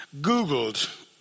googled